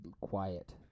quiet